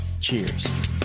Cheers